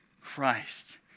Christ